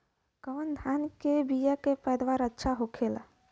कवन धान के बीया के पैदावार अच्छा होखेला?